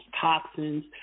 toxins